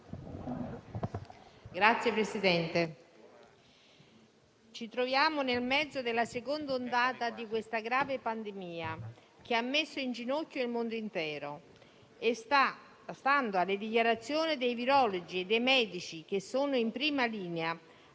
Signor Presidente, ci troviamo nel mezzo della seconda ondata di questa grave pandemia che ha messo in ginocchio il mondo intero. Stando alle dichiarazioni dei virologi e dei medici che sono in prima linea,